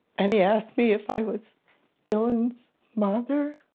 and he asked me if i was dylan's mother.